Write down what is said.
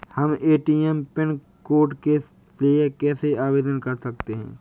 हम ATM pin code के लिए कैसे आवेदन कर सकते हैं?